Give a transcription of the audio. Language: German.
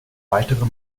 weitere